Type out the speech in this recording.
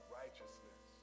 righteousness